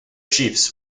chiefs